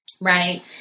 right